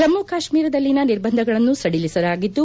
ಜಮ್ನು ಕಾಶ್ನೀರದಲ್ಲಿನ ನಿರ್ಬಂಧಗಳನ್ನು ಸಡಿಲಿಸಲಾಗಿದ್ದು